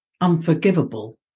unforgivable